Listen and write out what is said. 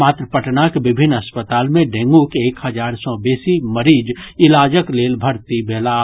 मात्र पटनाक विभिन्न अस्पताल मे डेंगूक एक हजार सँ बेसी मरीज इलाजक लेल भर्ती भेलाह